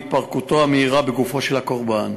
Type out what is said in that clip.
התפרקותו המהירה בגופו של הקורבן.